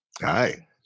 Hi